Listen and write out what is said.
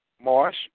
Marsh